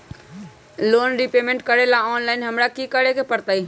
Loan repayment करेला online हमरा की करे के परतई?